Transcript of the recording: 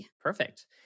Perfect